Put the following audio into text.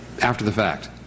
after-the-fact